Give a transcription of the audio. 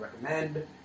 recommend